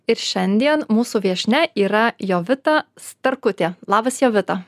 ir šiandien mūsų viešnia yra jovita starkutė labas jovita